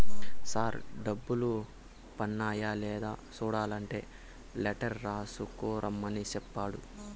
sir డబ్బులు పన్నాయ లేదా సూడలంటే లెటర్ రాసుకు రమ్మని సెప్పాడు